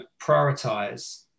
prioritize